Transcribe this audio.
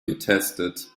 getestet